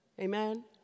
Amen